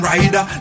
Rider